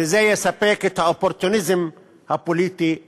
וזה יספק את האופורטוניזם הפוליטי שלהם.